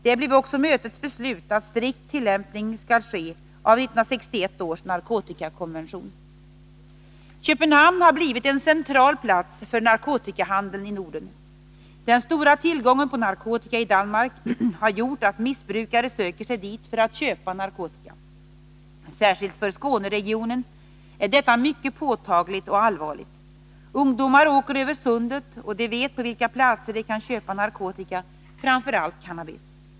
Det blev också mötets beslut att 1961 års narkotikakonvention skall tillämpas strikt. Köpenhamn har blivit en central plats för narkotikahandeln i Norden. Den stora tillgången på narkotika i Danmark har gjort att missbrukare söker sig dit för att köpa narkotika. Särskilt för Skåneregionen är detta mycket påtagligt och allvarligt. Ungdomar åker över sundet, och de vet på vilka platser de kan köpa narkotika, framför allt cannabis.